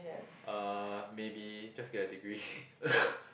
uh maybe just get a degree